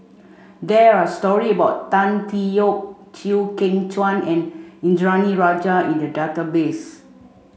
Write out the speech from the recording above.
there are story about Tan Tee Yoke Chew Kheng Chuan and Indranee Rajah in the database